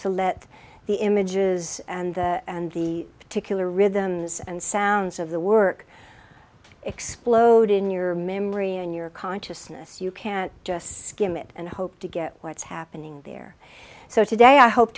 to let the images and the particular rhythms and sounds of the work explode in your memory and your consciousness you can't just skim it and hope to get what's happening there so today i hope